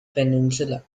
peninsula